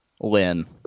Lynn